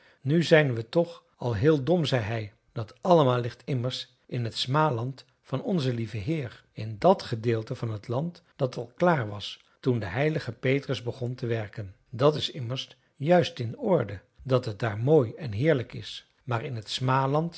nu zijn we toch al heel dom zei hij dat allemaal ligt immers in t smaland van onzen lieven heer in dat gedeelte van t land dat al klaar was toen de heilige petrus begon te werken dat is immers juist in orde dat het daar mooi en heerlijk is maar in t smaland